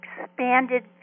expanded